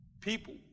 people